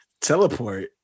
teleport